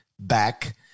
back